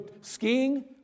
skiing